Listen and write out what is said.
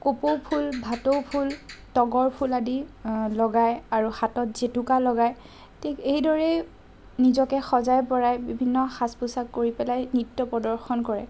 কপৌ ফুল ভাটো ফুল তগৰ ফুল আদি লগায় হাতত জেতুকা লগায় ঠিক সেইদৰেই নিজকে সজাই পৰাই বিভিন্ন সাজ পোছাক কৰি পেলাই নৃত্য প্ৰদৰ্শন কৰে